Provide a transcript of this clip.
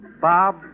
Bob